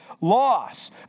loss